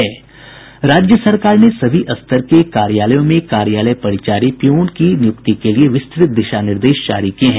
राज्य सरकार ने सभी स्तर के कार्यालयों में कार्यालय परिचारी पिऊन की नियुक्ति के लिए विस्तृत दिशा निर्देश जारी किये हैं